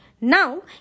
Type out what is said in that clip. now